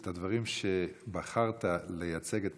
את הדברים שבחרת בהם לייצג את